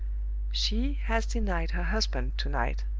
she has denied her husband to-night,